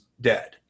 dead